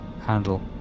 handle